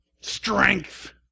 strength